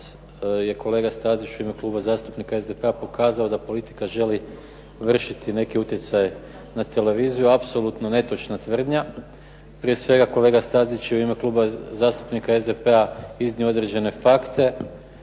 je kolega Stazić u ime Kluba zastupnika SDP-a pokazao da politika želi vršiti neki utjecaj na televiziju. Apsolutno netočna tvrdnja. Prije svega kolega Stazić je u ime Kluba zastupnika SDP-a iznio određene fakte